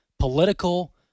political